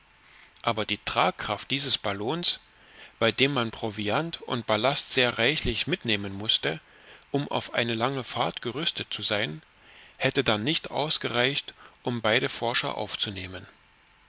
aber die tragkraft dieses ballons bei dem man proviant und ballast sehr reichlich mitnehmen mußte um auf eine lange fahrt gerüstet zu sein hätte dann nicht ausgereicht um beide forscher aufzunehmen